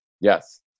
Yes